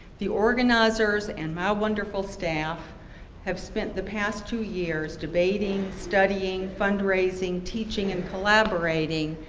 the organizers and my wonderful staff have spent the past two years debating, studying, fundraising, teaching and collaborating,